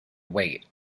weight